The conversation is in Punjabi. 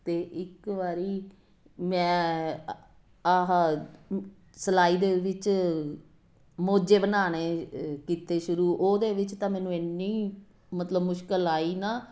ਅਤੇ ਇੱਕ ਵਾਰ ਮੈਂ ਆਹਾ ਸਲਾਈ ਦੇ ਵਿੱਚ ਮੋਜੇ ਬਣਾਉਣੇ ਕੀਤੇ ਸ਼ੁਰੂ ਉਹਦੇ ਵਿੱਚ ਤਾਂ ਮੈਨੂੰ ਇੰਨੀ ਮਤਲਬ ਮੁਸ਼ਕਲ ਆਈ ਨਾ